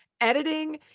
editing